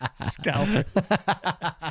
Scalpers